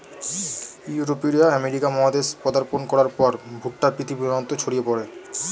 ইউরোপীয়রা আমেরিকা মহাদেশে পদার্পণ করার পর ভুট্টা পৃথিবীর অন্যত্র ছড়িয়ে পড়ে